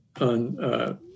on